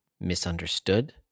misunderstood